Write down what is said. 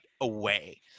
away